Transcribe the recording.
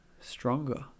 stronger